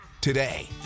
today